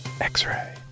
X-Ray